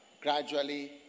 Gradually